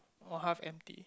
or half empty